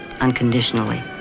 unconditionally